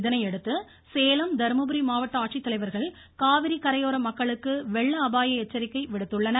இதனையடுத்து சேலம் தருமபுரி மாவட்ட ஆட்சித் தலைவர்கள் காவிரி கரையோர மக்களுக்கு வெள்ள அபாய எச்சரிக்கை விடுத்துள்ளனர்